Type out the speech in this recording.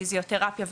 פיזיותרפיה,